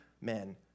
men